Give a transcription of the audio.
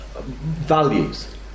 values